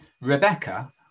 Rebecca